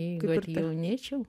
jeigu atjaunėčiau